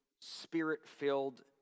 spirit-filled